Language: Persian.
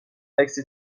عکس